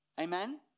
Amen